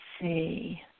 see